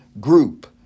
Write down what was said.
group